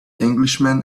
englishman